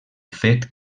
fet